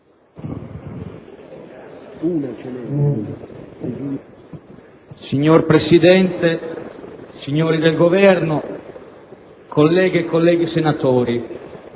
Signor Presidente, rappresentanti del Governo, colleghe e colleghi senatori,